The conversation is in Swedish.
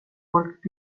folk